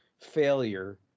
failure